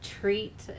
treat